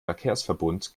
verkehrsverbund